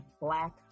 Black